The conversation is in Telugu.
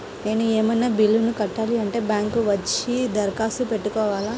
నేను ఏమన్నా బిల్లును కట్టాలి అంటే బ్యాంకు కు వచ్చి దరఖాస్తు పెట్టుకోవాలా?